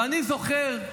ואני זוכר,